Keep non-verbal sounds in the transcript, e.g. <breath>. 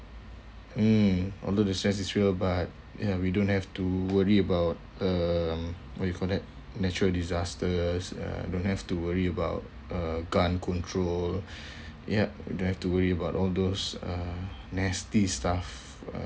mm although the stress is real but ya we don't have to worry about um what you call that natural disasters and don't have to worry about uh gun control <breath> yup don't have to worry about all those uh nasty stuff uh